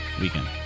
weekend